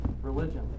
religion